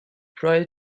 prior